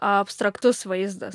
abstraktus vaizdas